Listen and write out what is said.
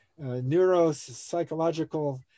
neuropsychological